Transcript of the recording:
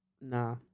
nah